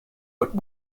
but